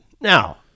Now